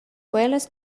quellas